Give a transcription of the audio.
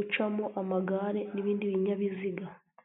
ucamo amagare n'ibindi binyabiziga.